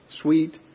sweet